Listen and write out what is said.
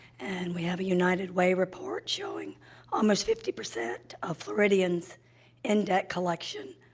and we have a united way report showing almost fifty percent of floridians in debt collection,